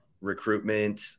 recruitment